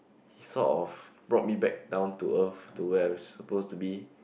he sort of brought me back down to Earth to where I'm supposed to be